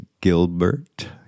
Gilbert